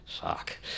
fuck